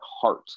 heart